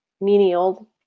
menial